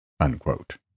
Unquote